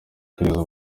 kugeza